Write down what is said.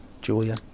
Julia